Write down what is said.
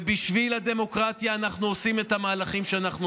ובשביל הדמוקרטיה אנחנו עושים את המהלכים שאנחנו עושים.